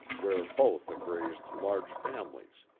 where both have raised large families.